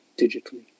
digitally